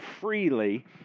freely